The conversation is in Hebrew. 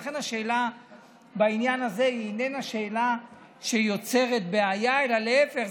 ולכן השאלה בעניין הזה איננה שאלה שיוצרת בעיה אלא להפך,